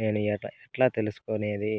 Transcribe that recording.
నేను ఎట్లా తెలుసుకునేది?